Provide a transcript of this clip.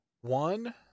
one